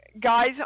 guys